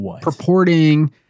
purporting